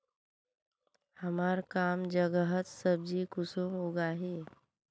हमार कम जगहत सब्जी कुंसम उगाही?